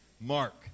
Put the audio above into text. Mark